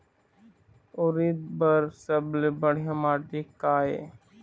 उरीद बर सबले बढ़िया माटी का ये?